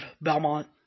Belmont